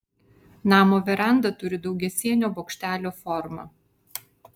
namo veranda turi daugiasienio bokštelio formą